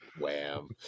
wham